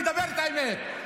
לדבר את האמת,